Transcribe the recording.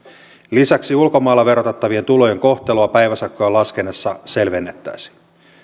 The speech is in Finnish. lisäksi ulkomailla verotettavien tulojen kohtelua päiväsakkojen laskennassa selvennettäisiin